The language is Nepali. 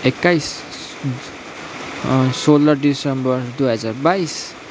एक्काइस सोह्र डिसेम्बर दुई हजार बाइस